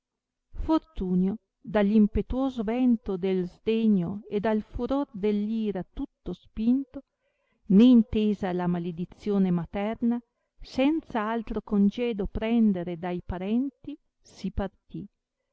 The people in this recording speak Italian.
dall impetuoso vento del sdegno e dal furor dell ira tutto spinto né intesa la maledizione materna senza altro congedo prendere dai parenti si partì